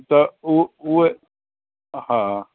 त उ उहे हा